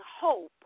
hope